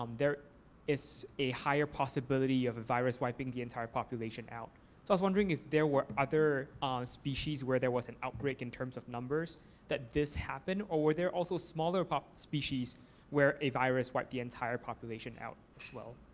um there is a higher possibility of a virus wiping the entire population out. so i was wondering if there were other species where there was an outbreak in terms of numbers that this happened or were there also smaller ah species where a virus wiped the entire population out as well?